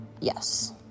Yes